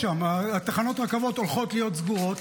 תחנות הרכבות הולכות להיות סגורות.